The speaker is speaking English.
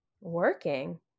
Working